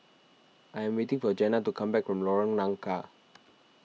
I am waiting for Jena to come back from Lorong Nangka